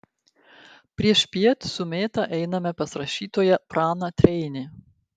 priešpiet su mėta einame pas rašytoją praną treinį